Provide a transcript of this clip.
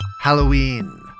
halloween